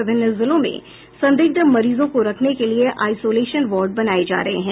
विभिन्न जिलों में संदिग्ध मरीजों को रखने के लिए आईसोलेशन वार्ड बनाये जा रहे हैं